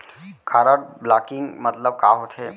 Card blocking मतलब का होथे?